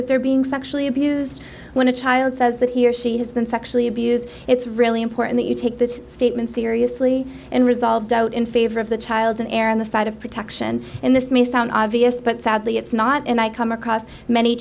that they're being sexually abused when a child says that he or she has been sexually abused it's really important that you take that statement seriously and resolved out in favor of the child's an error on the side of protection and this may sound obvious but sadly it's not and i come across many